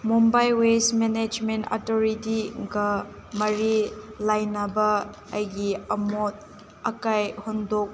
ꯃꯨꯝꯕꯥꯏ ꯋꯦꯁ ꯃꯦꯅꯦꯁꯃꯦꯟ ꯑꯗꯨ ꯔꯦꯗꯤꯒ ꯃꯔꯤ ꯂꯩꯅꯕ ꯑꯩꯒꯤ ꯑꯃꯣꯠ ꯑꯀꯥꯏ ꯍꯨꯟꯗꯣꯛ